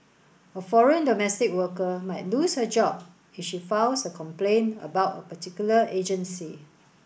a foreign domestic worker might lose her job if she files a complaint about a particular agency